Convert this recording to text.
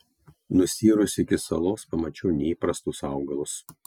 nusiyrusi iki salos pamačiau neįprastus augalus